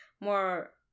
more